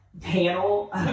panel